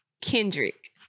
Kendrick